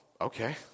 okay